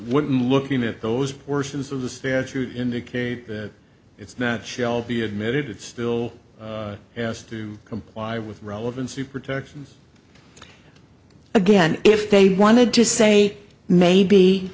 wouldn't looking at those portions of the statute indicate that it's not shall be admitted it still has to comply with relevancy protection again if they wanted to say maybe